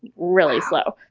really slow.